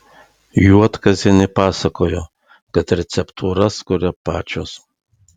juodkazienė pasakojo kad receptūras kuria pačios